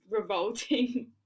revolting